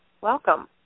Welcome